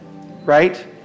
right